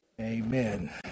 Amen